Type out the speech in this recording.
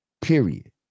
period